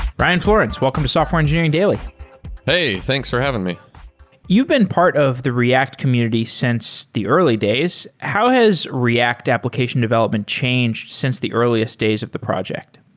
ryan florence, welcome to software engineering daily hey, thanks for having me you've been part of the react community since the early days. how has react application development changed since the earliest days of the project?